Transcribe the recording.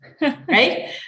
right